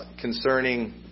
concerning